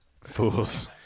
Fools